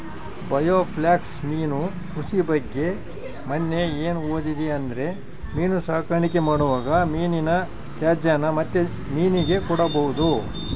biofloc ಮೀನು ಕೃಷಿ ಬಗ್ಗೆ ಮನ್ನೆ ಏನು ಓದಿದೆ ಅಂದ್ರೆ ಮೀನು ಸಾಕಾಣಿಕೆ ಮಾಡುವಾಗ ಮೀನಿನ ತ್ಯಾಜ್ಯನ ಮತ್ತೆ ಮೀನಿಗೆ ಕೊಡಬಹುದು